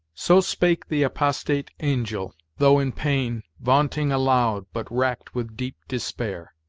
so spake the apostate angel, though in pain, vaunting aloud, but racked with deep despair.